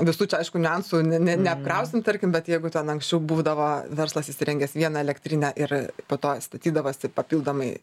visų čia aišku niuansų ne ne neapkrausim tarkim bet jeigu ten anksčiau būdavo verslas įsirengęs vieną elektrinę ir po to statydavosi papildomai